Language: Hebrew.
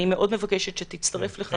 אני מבקשת מאוד שתצטרף לכך.